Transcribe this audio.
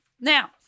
Now